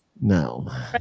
No